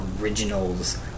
originals